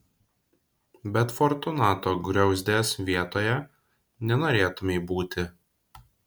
bet fortunato griauzdės vietoje nenorėtumei būti